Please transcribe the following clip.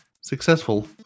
successful